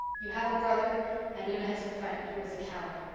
you have a brother and una has a friend who is a coward.